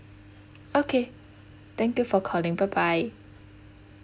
okay thank you for calling bye bye